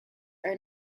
are